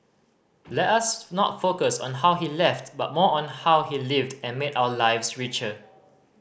let us not focus on how he left but more on how he lived and made our lives richer